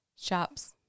shops